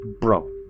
bro